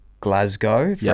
glasgow